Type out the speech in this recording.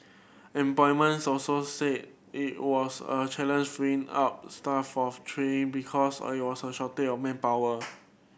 employments also said it was a challenge freeing up staff off training because a shortage of manpower